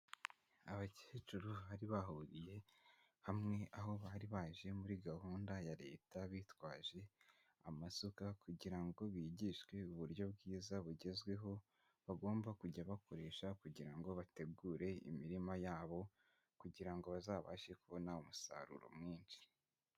Abakecuru bari bahuriye hamwe aho bari baje muri gahunda ya Leta bitwaje amasuka kugira ngo bigishwe uburyo bwiza bugezweho bagomba kujya bakoresha kugira ngo bategure imirima yabo kugira ngo bazabashe kubona umusaruro mwinshi.